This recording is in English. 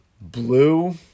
Blue